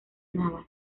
nada